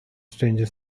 stranger